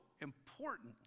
important